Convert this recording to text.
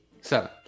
Seven